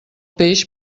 peix